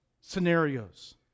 scenarios